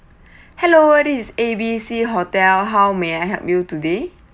hello this is A B C hotel how may I help you today